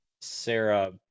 Sarah